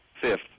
Fifth